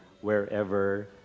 wherever